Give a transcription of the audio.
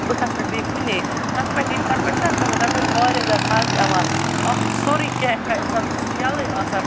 بہٕ کھَسہٕ نہٕ بیٚیہِ کُنے تتھ پیٹھ ییٚلہِ تتھ پیٚٹھ چھِ نہ کھَسان تتھ پیٚٹھ چھ واریاہ زیادٕ مَزٕ یِوان اکھ چھُ سورے کینٛہہ ہیٚکان اِنسان وٕچھِتھ سُہ چھُ یَلے آسان